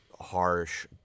harsh